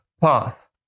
path